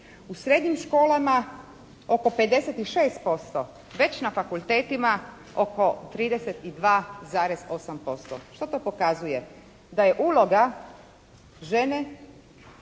U srednjim školama oko 56% već na fakultetima oko 32,8%. Što to pokazuje? Da je uloga žene